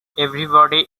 everybody